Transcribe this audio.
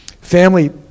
Family